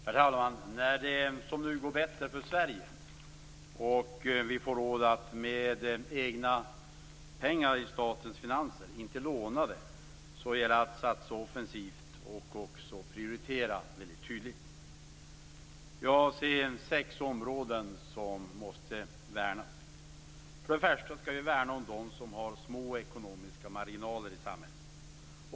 Herr talman! När det, som nu, går bättre för Sverige och vi får mer egna pengar i statens finanser, inte lånade, gäller det att satsa offensivt och att prioritera väldigt tydligt. Jag ser sex områden som måste värnas. För det första skall vi värna om dem i samhället som har små ekonomiska marginaler.